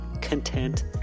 content